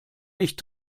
nicht